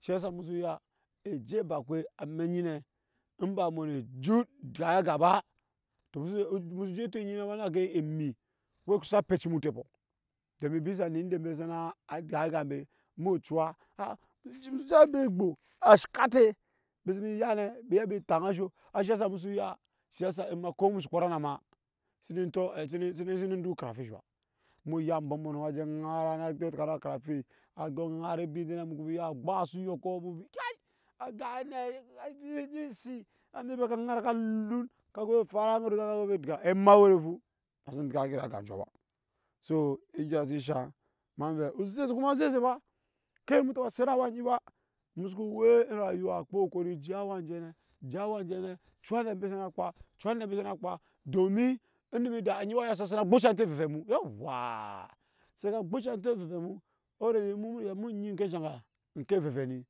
Shiya sa emu ya eje ebakpe amek nyi nɛ ni baa mu ne ejut egyai aga ba to emu so ko je etep nyinɛ ina gani emi wee kusa pɛci mu otɛpɔ domin bisa ne inde emb sa na gyai aga embe emu ciya ozap be egbo a shat te embise ne ya nɛ embi ya na mbi taya ansho a shi ya sa mu ku ya shiya sa ko mu ko kpaa ne to se ne gyo okara fish ba emu ya ambɔnɔ a je nara a dyoɨ nara ebin sɛ na emu ya agbasu enoko emu ku ya agai nɛ kai avi we anje esi anet mɛ ka vi kanara lun ka govɛ fara a govɛ gya ema wɛrɛnfu ema xsen gya iri aga anjɔɔ ba, egya so shaŋ ema vɛ oze ema na oze-oze ba kae mu no taba set awa nyi ba emu su ku we me rayuwa kpaa kokari ge awa jɔɔnɔ je awa jɔɔnɔ ciya avɛ mbe sa na kpaa ciya avɛ embe sa na kpaa domin, onuum eme eda a nyinɛ waa sa saci gbo ci antoi eve ve mu sa ka gbocut antoi eve-ve mu already emu-mu riga a emu nyi nke eva-ve ni